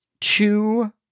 two